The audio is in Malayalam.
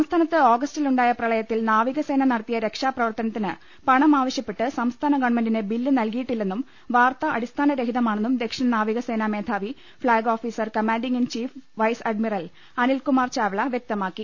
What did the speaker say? സംസ്ഥാനത്ത് ഓഗസ്റ്റിൽ ഉണ്ടായ പ്രളയത്തിൽ നാവിക സേന നടത്തിയ രക്ഷാപ്രവർത്തനത്തിന് പണം ആവശ്യപ്പെട്ട് സംസ്ഥാന ഗവൺമെന്റിന് ബില്ല് നൽകിയിട്ടില്ലെന്നും വാർത്ത അടിസ്ഥാന രഹി തമാണെന്നും ദക്ഷിണ നാവിക സേനാ മേധാവി flag officer commanding in chief vice admiral Anil Kumar Chawla വ്യക്തമാക്കി